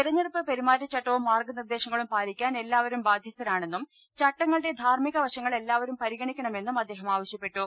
തെരഞ്ഞെടുപ്പ് പെരുമാറ്റച്ചട്ടവും മാർഗനിർദ്ദേശങ്ങളും പാലിക്കാൻ എല്ലാവരും ബാധ്യസ്ഥരാണെന്നും ചട്ടങ്ങളുടെ ധാർമിക വശങ്ങൾ എല്ലാവരും പരിഗണിക്കണമെന്നും അദ്ദേഹം ആവശ്യപ്പെട്ടു